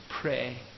pray